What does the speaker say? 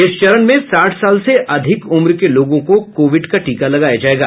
इस चरण में साठ साल से अधिक उम्र के लोगों को कोविड का टीका लगाया जायेगा